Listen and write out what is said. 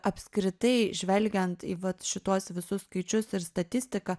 apskritai žvelgiant į vat šituos visus skaičius ir statistiką